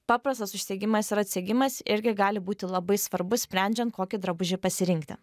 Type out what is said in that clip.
paprastas užsegimas ir atsegimas irgi gali būti labai svarbus sprendžiant kokį drabužį pasirinkti